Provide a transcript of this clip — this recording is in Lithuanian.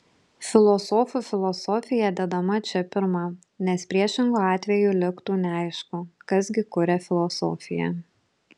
filosofų filosofija dedama čia pirma nes priešingu atveju liktų neaišku kas gi kuria filosofiją